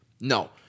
no